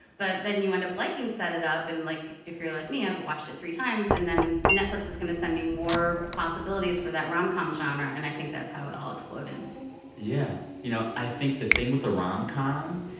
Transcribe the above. but then you end up liking set it up and, like if you're like me, i've watched it three times. and then netflix is going to send me more possibilities for that rom-com genre. and i think that's how it all exploded yeah. you know, i think the thing with the rom-com,